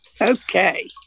okay